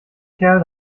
kerl